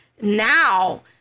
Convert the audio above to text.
now